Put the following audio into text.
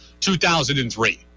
2003